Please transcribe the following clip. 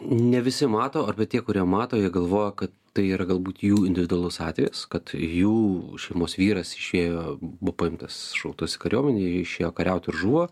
ne visi mato arba tie kurie mato jie galvoja kad tai yra galbūt jų individualus atvejis kad jų šeimos vyras išėjo buvo paimtas šauktas į kariuomenę ir išėjo kariauti ir žuvo